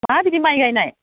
माबायदि माइ गायनाय